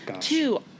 two